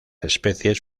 especies